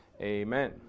Amen